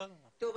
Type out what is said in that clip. טוב,